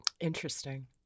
Interesting